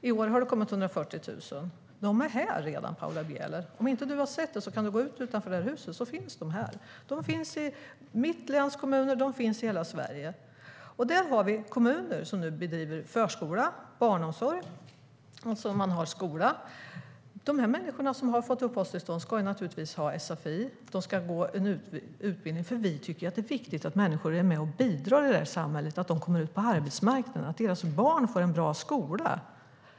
I år har det kommit 140 000. De är redan här, Paula Bieler. Om du inte har sett det kan du gå ut utanför det här huset, så ser du att de finns här. De finns i mitt läns kommuner och i hela Sverige. Där har vi kommuner som nu bedriver förskola, barnomsorg och skola. De människor som har fått uppehållstillstånd ska naturligtvis ha sfi. De ska gå en utbildning, för vi tycker att det är viktigt att människor är med och bidrar i det här samhället, att de kommer ut på arbetsmarknaden, att deras barn får en bra skola.